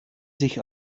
sich